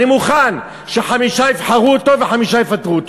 אני מוכן שחמישה יבחרו אותו וחמישה יפטרו אותו,